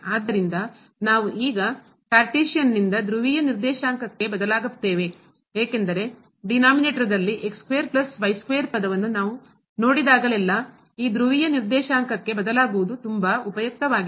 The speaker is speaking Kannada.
ಆದ್ದರಿಂದ ನಾವು ಈಗ ಕಾರ್ಟೇಶಿಯನ್ನಿಂದ ಧ್ರುವೀಯ ನಿರ್ದೇಶಾಂಕಕ್ಕೆ ಬದಲಾಗುತ್ತೇವೆ ಏಕೆಂದರೆ ಡಿನಾಮಿನೇಟರ್ದಲ್ಲಿ ಪದವನ್ನು ನಾವು ನೋಡಿದಾಗಲೆಲ್ಲಾ ಈ ಧ್ರುವೀಯ ನಿರ್ದೇಶಾಂಕಕ್ಕೆ ಬದಲಾಗುವುದು ತುಂಬಾ ಉಪಯುಕ್ತವಾಗಿದೆ